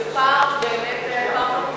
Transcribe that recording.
זה פער באמת, פער מדהים.